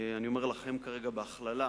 אני אומר "לכם" כרגע בהכללה,